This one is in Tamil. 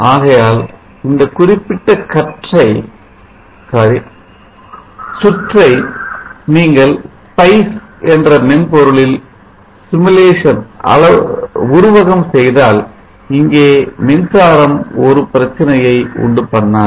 ஆகையால் இந்த குறிப்பிட்ட சுற்றை நீங்கள் SPICE என்ற மென்பொருளில் simulation செய்தால் இங்கே மின்சாரம் ஒரு பிரச்சனையை உண்டு பண்ணாது